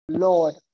Lord